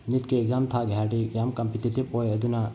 ꯅꯤꯠꯀꯤ exam ꯊꯥꯒꯦ ꯍꯥꯏꯔꯗꯤ ꯌꯥꯝ ꯀꯝꯄꯦꯇꯤꯇꯤꯞ ꯑꯣꯏ ꯑꯗꯨꯅ